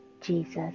Jesus